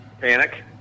panic